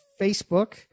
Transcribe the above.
Facebook